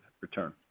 return